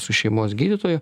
su šeimos gydytoju